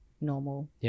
normal